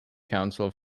council